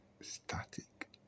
static